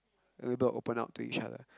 and able to open up to each other